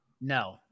No